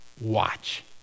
watch